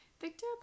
Victor